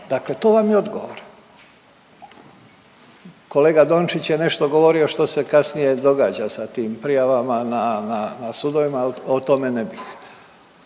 Dakle to vam je odgovor. Kolega Dončić je nešto govorio što se kasnije događa sa tim prijavama na sudovima, ali o tome ne bih.